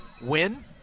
Win